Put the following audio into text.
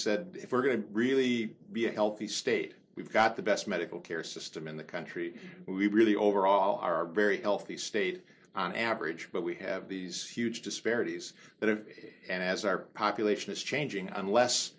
if we're going to really be a healthy state we've got the best medical care system in the country we really overall are very healthy state on average but we have these huge disparities that have it and as our population is changing unless